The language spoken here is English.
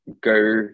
go